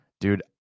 dude